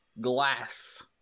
glass